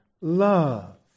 love